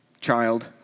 child